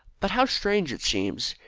but how strange it seems,